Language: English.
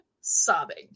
sobbing